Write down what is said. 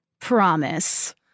Promise